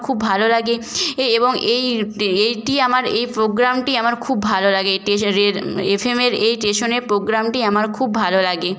খুব ভালো লাগে এ এবং এই এইটি আমার এই প্রোগ্রামটি আমার খুব ভালো লাগে টেশরের এফএমের এই স্টেশনের প্রোগ্রামটি আমার খুব ভালো লাগে